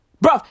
Bro